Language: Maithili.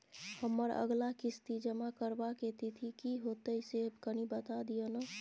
हमर अगला किस्ती जमा करबा के तिथि की होतै से कनी बता दिय न?